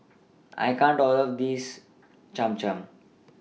I can't All of This Cham Cham